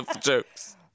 jokes